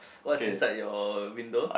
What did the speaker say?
what's inside your window